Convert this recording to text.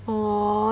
!aww!